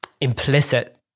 implicit